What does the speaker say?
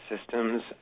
systems